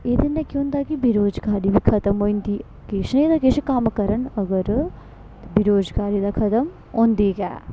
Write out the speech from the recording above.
एह्दे ने केह् होंदा कि बेरोजगारी खतम होई जंदी किश नेईं ता किश कम्म करन अगर बेरोजगारी तां खतम होंदी गै ऐ